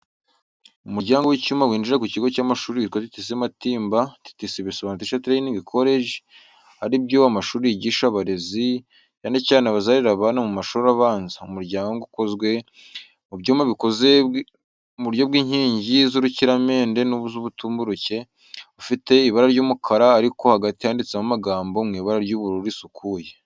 Umuryango w’icyuma winjira mu kigo cy’amashuri witwa TTC Matimba. TTC bisobanura Teacher Training College, ari byo amashuri yigisha abarezi, cyane cyane abazarerera abana mu mashuri abanza. Umuryango ukozwe mu byuma bikoze mu buryo bw’inkingi z’urukiramende z’ubutumburuke, ufite ibara ry’umukara, ariko hagati handitsemo amagambo mu ibara ry’ubururu risukuye.